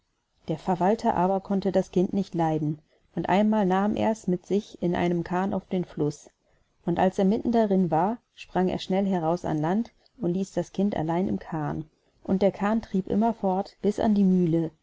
der verwalter konnte aber das kind nicht leiden und einmal nahm ers mit sich in einem kahn auf den fluß und als er mitten darin war sprang er schnell heraus ans land und ließ das kind allein im kahn und der kahn trieb immer fort bis an die mühle